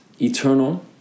eternal